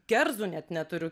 kerzų net neturiu